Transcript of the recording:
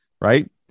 right